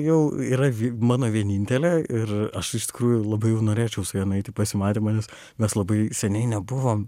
jau yra mano vienintelė ir aš iš tikrųjų labai jau norėčiau su ja nueit į pasimatymą nes mes labai seniai nebuvom